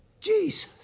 Jesus